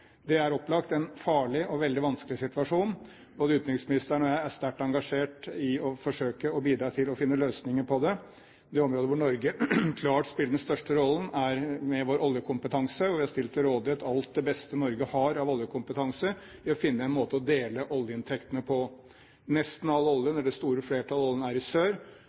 farlig og veldig vanskelig situasjon. Både utenriksministeren og jeg er sterkt engasjert i å forsøke å bidra til å finne løsninger på det. Det området hvor Norge klart spiller den største rollen, er vår oljekompetanse, og vi har stilt til rådighet alt det beste Norge har av oljekompetanse for å finne en måte å dele oljeinntektene på. Nesten all oljen – eller den største mengden av olje – er i sør. Denne oljen kan bare bringes ut gjennom nord, så her er